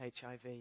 HIV